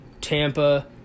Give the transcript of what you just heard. Tampa